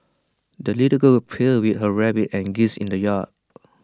the little girl played with her rabbit and geese in the yard